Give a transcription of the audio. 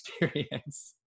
experience